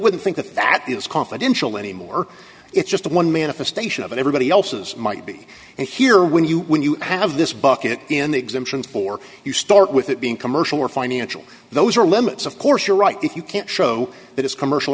wouldn't think that that is confidential anymore or it's just one manifestation of everybody else's might be and here when you when you have this bucket in exemptions for you start with it being commercial or financial those are limits of course you're right if you can't show that it's commercial